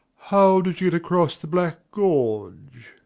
how did you get across the black gorge?